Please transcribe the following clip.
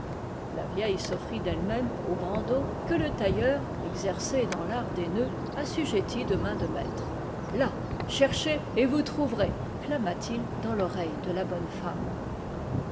la vieille s'offrit d'elle-même au bandeau que le tailleur exercé dans l'art des nœuds assu jettit de main de maître là cherchez et vous trouverez clama t il dans l'oreille de la bonne femme